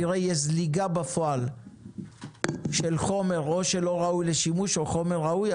הנראה יש גם זליגה בפועל של חומר שהוא או שלא ראוי לשימוש או שהוא ראוי,